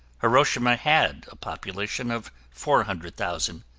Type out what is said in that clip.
hiroshima had a population of four hundred thousand.